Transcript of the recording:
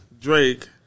Drake